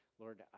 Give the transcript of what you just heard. Lord